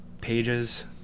pages